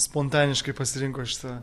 spontaniškai pasirinko šitą